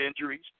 injuries